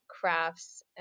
crafts